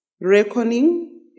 reckoning